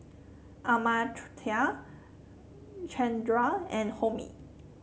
Amartya Chandra and Homi